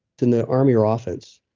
and the army are ah offense,